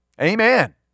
Amen